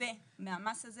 שיתקבל מהמס הזה